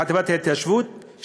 לחטיבה להתיישבות,